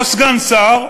או סגן שר,